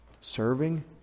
Serving